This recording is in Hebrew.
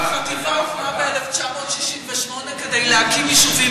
החטיבה הוקמה ב-1968 כדי להקים יישובים